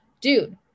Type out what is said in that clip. dude